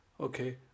okay